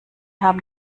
haben